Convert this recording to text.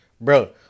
bro